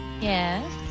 yes